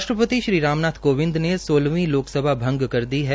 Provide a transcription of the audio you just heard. राष्ट्रपति राम नाथ कोविंद ने सोलहवीं लोकसभा भंग कर दी है